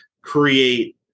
create